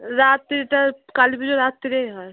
রাত্রিটা কালী পুজো রাত্রেই হয়